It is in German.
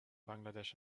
bangladesch